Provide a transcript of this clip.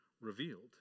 revealed